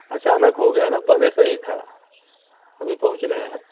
अचानक हो गया है ना पहले सही था अभी पहुँच रहे हैं